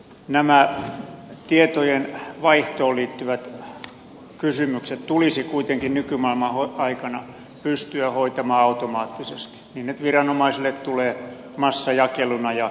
nämä tietojen vaihtoon liittyvät kysymykset tulisi kuitenkin nykymaailman aikana pystyä hoitamaan automaattisesti niin että viranomaisille tulee massajakeluna ja sillä selvä